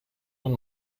nun